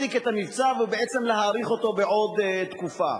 ובעצם בחוק להאריך אותו בעוד תקופה.